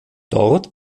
dort